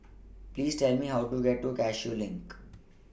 Please Tell Me How to get to Cashew LINK